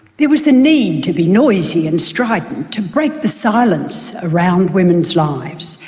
there was a need to be noisy and strident to break the silence around women's lives,